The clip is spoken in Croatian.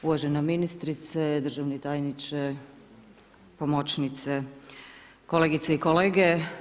Uvažena ministrice, državni tajniče, pomoćnice, kolegice i kolege.